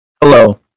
Hello